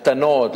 קטנות,